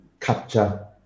capture